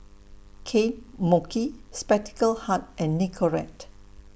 Kane Mochi Spectacle Hut and Nicorette